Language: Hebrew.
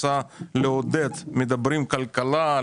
מדברים על כלכלה,